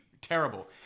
terrible